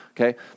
okay